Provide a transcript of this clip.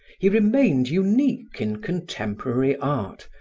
he remained unique in contemporary art,